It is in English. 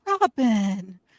robin